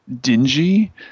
dingy